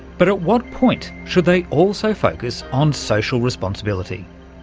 but at what point should they also focus on social responsibility?